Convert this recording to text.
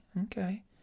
Okay